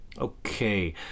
Okay